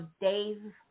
Dave